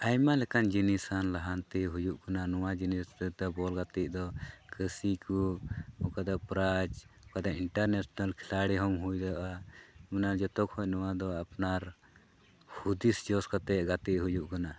ᱟᱭᱢᱟ ᱞᱮᱠᱟᱱ ᱡᱤᱱᱤᱥ ᱦᱚᱸ ᱞᱟᱦᱟᱱᱛᱤ ᱦᱩᱭᱩᱜ ᱠᱟᱱᱟ ᱟᱨ ᱱᱚᱣᱟ ᱡᱤᱱᱤᱥ ᱦᱚᱛᱮᱡᱛᱮ ᱵᱚᱞ ᱜᱟᱛᱮᱜ ᱫᱚ ᱠᱷᱟᱹᱥᱤ ᱠᱚ ᱟᱹᱜᱩ ᱠᱟᱫᱟ ᱯᱨᱟᱭᱤᱡᱽ ᱛᱟᱨᱯᱚᱨᱮ ᱤᱱᱴᱟᱨᱱᱮᱥᱮᱱᱮᱞ ᱠᱷᱤᱞᱟᱲᱤ ᱦᱚᱸᱢ ᱦᱩᱭᱩᱜᱼᱟ ᱢᱟᱱᱮ ᱡᱚᱛᱚ ᱠᱷᱚᱡ ᱱᱚᱣᱟ ᱫᱚ ᱟᱯᱱᱟᱨ ᱦᱩᱫᱤᱥ ᱡᱚᱥ ᱠᱟᱛᱮᱫ ᱜᱟᱛᱮᱜ ᱦᱩᱭᱩᱜ ᱠᱟᱱᱟ